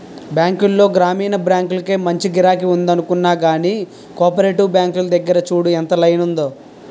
బాంకుల్లో గ్రామీణ బాంకులకే మంచి గిరాకి ఉందనుకున్నా గానీ, కోపరేటివ్ బాంకుల దగ్గర చూడు ఎంత లైనుందో?